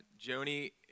Joni